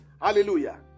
Hallelujah